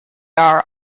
are